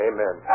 Amen